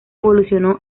evolucionó